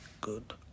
good